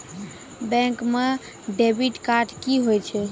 Bank म debit card की होय छै?